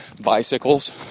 bicycles